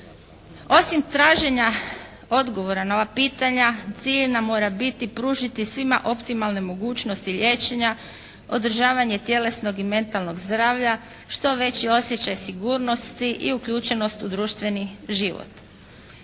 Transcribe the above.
Osim traženja odgovora na ova pitanja cilj nam mora biti pružiti svima optimalne mogućnosti liječenja, održavanje tjelesnog i mentalnog zdravlja što veći osjećaj sigurnosti i uključenost u društveni život.